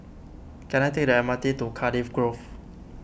can I take the M R T to Cardiff Grove